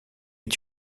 est